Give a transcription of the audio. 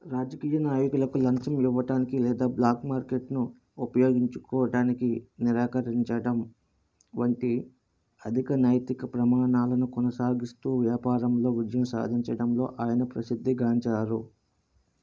రాజకీయ నాయకులకు లంచం ఇవ్వడానికి లేదా బ్లాక్ మార్కెట్ను ఉపయోగింగించుకోవటానికి నిరాకరించడం వంటి అధిక నైతిక ప్రమాణాలను కొనసాగిస్తూ వ్యాపారంలో విజయం సాధించడంలో ఆయన ప్రసిద్ధి గాంచారు